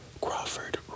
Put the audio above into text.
Crawford